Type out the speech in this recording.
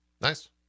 Nice